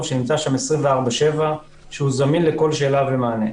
שנמצא שם 24/7 והוא זמין לכל שאלה ומענה.